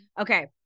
Okay